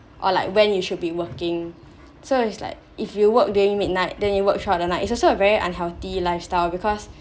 or like when you should be working so it's like if you work during midnight then you work through the night it's also a very unhealthy lifestyle because